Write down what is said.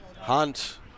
Hunt